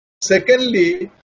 Secondly